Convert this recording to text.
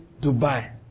Dubai